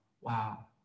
wow